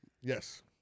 Yes